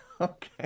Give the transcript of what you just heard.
Okay